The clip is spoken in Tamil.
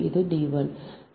இது d 1